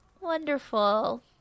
wonderful